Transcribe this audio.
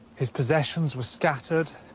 his possessions were scattered.